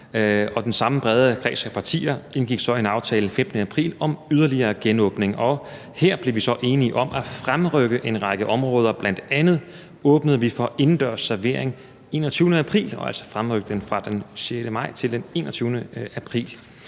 den samme brede kreds af partier indgik så en aftale den 15. april om yderligere genåbning. Her blev vi enige om at fremrykke en række områder. Bl.a. åbnede vi for indendørs servering den 21. april og fremrykkede det altså fra den 6. maj til den 21. april.